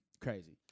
crazy